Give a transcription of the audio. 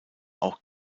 auch